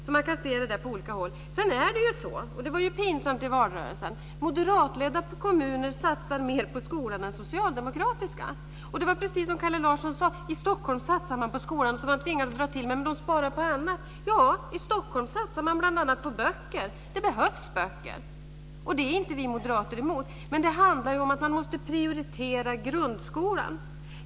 Man kan alltså se på det här från olika håll. Det var ju pinsamt i valrörelsen. Moderatledda kommuner satsar mer på skolan än socialdemokratiskt ledda kommuner. Det var precis som Kalle Larsson sade: I Stockholm satsar man på skolan. Och så tvingades han dra till med att man sparar på annat. Ja, i Stockholm satsar man bl.a. på böcker. Det behövs böcker. Det är inte vi moderater emot, men det handlar om att man måste prioritera grundskolan.